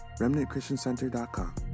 remnantchristiancenter.com